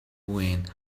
wind